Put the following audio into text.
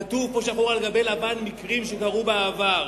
כתוב פה שחור על גבי לבן "מקרים שקרו בעבר".